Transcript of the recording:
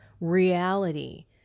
reality